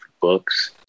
books